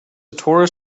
torus